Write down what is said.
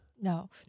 No